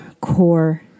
core